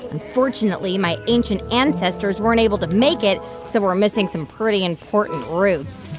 unfortunately, my ancient ancestors weren't able to make it. so we're missing some pretty important roots